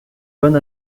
bonne